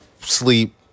sleep